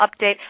update